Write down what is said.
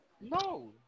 No